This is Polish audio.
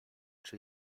czy